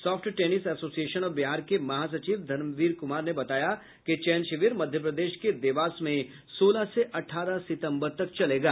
soft tennis association of Bihar के महासचिव धर्मवीर कुमार ने बताया कि चयन शिविर मध्यप्रदेश क देवास में सोलह से अठारह सितम्बर तक चलेगा